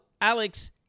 Alex